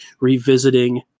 revisiting